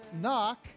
Knock